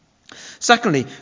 Secondly